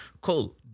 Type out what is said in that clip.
Cool